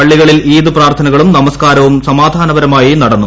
പള്ളികളിൽ ഈദ് പ്രാർത്ഥനകളും നമസ്കാരവും സമാധാനപരമായി നടന്നു